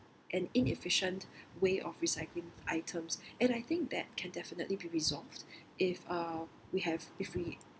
an inefficient way of recycling items and I think that can definitely be resolved if uh we have if we